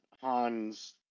Han's